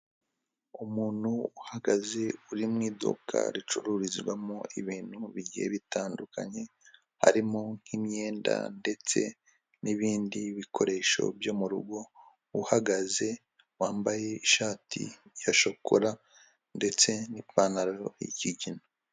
Umuntu uhagaze uri mu iduka ricururizwamo ibintu bigiye bitandukanye, harimo nk'imyenda ndetse n'ibindi bikoresho byo mu rugo, uhagaze, wambaye ishati ya shokora ndetse n'ipantaro y'ikigina.